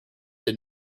did